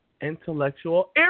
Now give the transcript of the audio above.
Intellectual